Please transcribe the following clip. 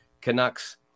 Canucks